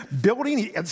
building